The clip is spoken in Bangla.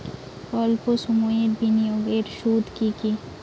অল্প সময়ের বিনিয়োগ এর সুবিধা কি?